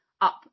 up